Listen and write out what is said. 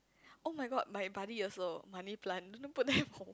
oh-my-god my buddy also money plant don't put them